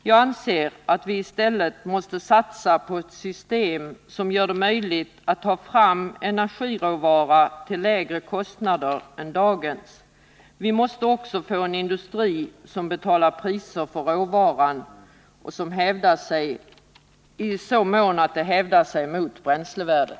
Jag anser att vi i stället måste satsa på ett system som gör det möjligt att ta fram energiråvara till lägre kostnader än dagens. Vi måste också få en industri som betalar sådana priser för råvaran som är skäliga i förhållande till bränslevärdet.